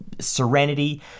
serenity